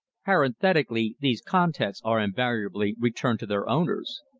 parenthetically, these contents are invariably returned to their owners.